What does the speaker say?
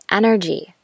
energy